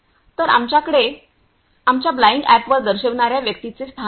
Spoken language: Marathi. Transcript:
तर आमच्याकडे आमच्या ब्लाइंक अॅपवर दर्शविणार्या व्यक्तीचे स्थान आहे